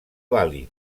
vàlid